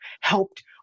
helped